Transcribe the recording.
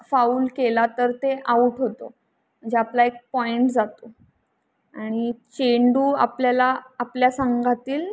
foul केला तर ते आउट होतं म्हणजे आपला एक पॉइंट जातो आणि चेंडू आपल्याला आपल्या संघातील